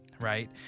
right